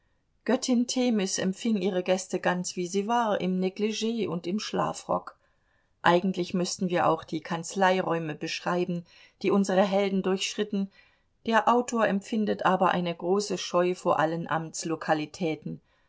göttin themis empfing ihre gäste ganz wie sie war im neglig und im schlafrock eigentlich müßten wir auch die kanzleiräume beschreiben die unsere helden durchschritten der autor empfindet aber eine große scheu vor allen